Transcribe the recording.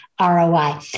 ROI